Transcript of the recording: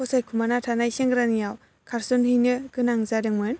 फसायखुमाना थानाय सेंग्रानियाव खारसनहैनो गोनां जादोंमोन